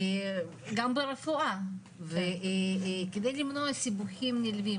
גם ברפואה וכדי למונע סיבוכים נלווים